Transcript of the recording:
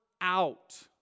out